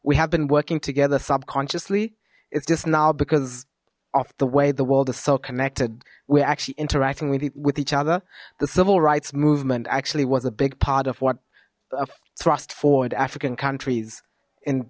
we have been working together subconsciously it's just now because of the way the world is so connected we're actually interacting with each other the civil rights movement actually was a big part of what thrust forward african countries